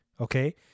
okay